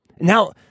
Now